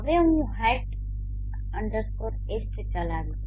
હવે હુંHat estચલાવીશ